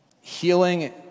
healing